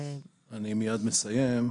אני מיד מסיים.